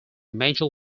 major